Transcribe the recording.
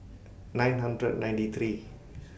nine hundred and ninety three